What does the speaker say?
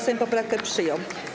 Sejm poprawki przyjął.